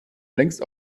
längst